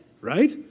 right